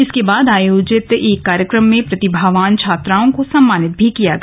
इसके बाद आयोजित एक कार्यक्रम में प्रतिभावान छात्राओं को सम्मानित किया गया